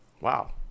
Wow